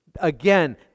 again